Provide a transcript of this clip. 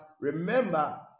remember